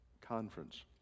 Conference